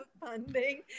funding